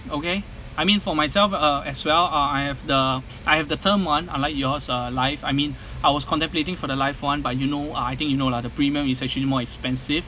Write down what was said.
okay I mean for myself uh as well uh I have the I have the term one unlike yours uh life I mean I was contemplating for the life one but you know uh I think you know lah the premium is actually more expensive